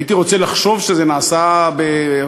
הייתי רוצה לחשוב שזה נעשה במתכוון,